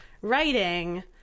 writing